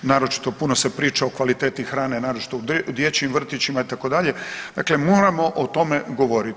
Naročito puno se priča o kvaliteti hrane naročito u dječjim vrtićima itd., dakle moramo o tome govoriti.